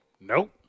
Nope